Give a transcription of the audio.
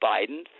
Biden